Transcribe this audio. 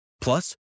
Plus